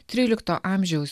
trylikto amžiaus